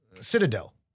Citadel